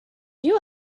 you